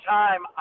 time